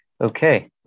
Okay